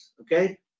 okay